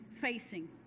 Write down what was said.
facing